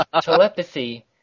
telepathy